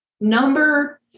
Number